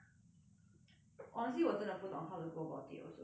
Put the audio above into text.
honestly 我真的不懂 how to go about it also so I think